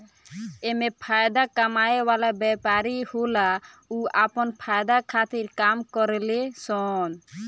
एमे फायदा कमाए वाला व्यापारी होला उ आपन फायदा खातिर काम करेले सन